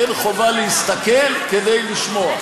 אין חובה להסתכל כדי לשמוע.